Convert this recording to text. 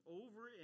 over